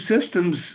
systems